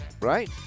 Right